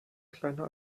kleiner